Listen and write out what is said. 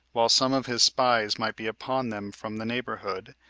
while some of his spies might be upon them from the neighborhood,